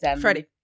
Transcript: Freddie